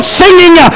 singing